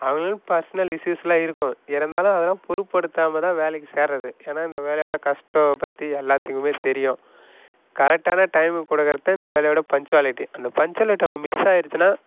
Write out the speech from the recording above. அவங்களுக்கும் பர்ஸ்னல் இஸ்யூஸ்லாம் இருக்கும் இருந்தாலும் அதெலாம் பொருட்படுத்தாமல் தான் வேலைக்கு சேருறதே ஏன்னா இந்த வேலையோட கஷ்டம் பற்றி எல்லாத்துக்குமே தெரியும் கரெக்டான டைமுக்கு கொடுக்குறதே இந்த வேலையோட பன்ச்சுவாலிட்டி அந்த பன்ச்சுவாலிட்டியை அவங்க மிஸ் ஆயிடுச்சின்னால்